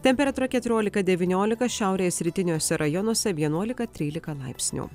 temperatūra keturiolika devyniolika šiaurės rytiniuose rajonuose vienuolika trylika laipsnių